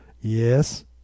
Yes